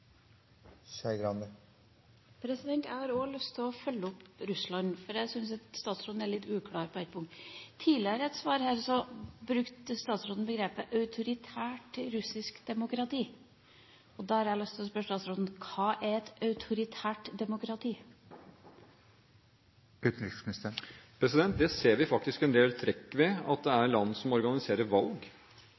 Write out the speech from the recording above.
Også jeg har lyst til å følge opp det med Russland, for jeg syns statsråden er litt uklar på et punkt. I et tidligere svar her brukte utenriksministeren begrepet «autoritært demokrati» om Russland. Da har jeg lyst til å spørre statsråden: Hva er et autoritært demokrati? Det ser vi faktisk ved en del trekk i land som organiserer